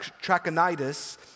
Trachonitis